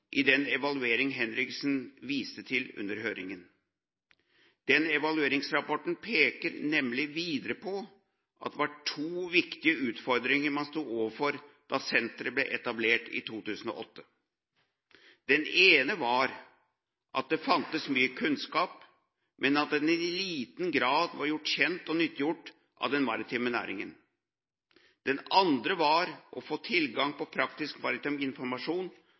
i den evalueringen Henriksen viste til under høringen. Den evalueringsrapporten peker nemlig videre på at det var to viktige utfordringer man sto overfor da senteret ble etablert i 2008. Den ene var at det fantes mye kunnskap, men at den i liten grad var gjort kjent og nyttiggjort av den maritime næringen. Den andre var å få tilgang på praktisk